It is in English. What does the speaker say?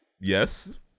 Yes